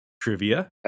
trivia